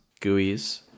GUIs